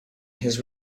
his